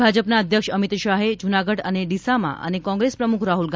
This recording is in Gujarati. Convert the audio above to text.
ભાજપના અધ્યક્ષ અમીત શાહે જૂનાગઢ અને ડીસામાં અને કોંગ્રેસ પ્રમૂખ રાહુલ